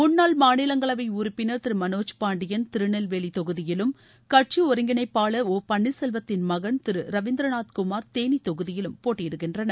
முன்னாள் மாநிலங்களவை உறுப்பினர் திரு மனோஜ்பாண்டியள் திருநெல்வேலி தொகுதியிலும் கட்சி ஒருங்கிணைப்பாளர் ஒ பன்னீர்செல்வத்தின் மகன் திரு ரவீந்திரநாத் குமார் தேனி தொகுதியிலும் போட்டியிடுகின்றனர்